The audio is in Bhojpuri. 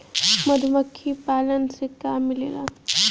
मधुमखी पालन से का मिलेला?